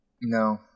no